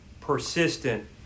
persistent